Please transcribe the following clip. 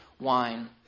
wine